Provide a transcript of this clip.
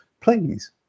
please